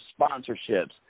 sponsorships